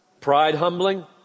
pride-humbling